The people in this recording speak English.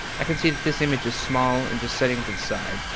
i can see that this image is small and just setting to the side.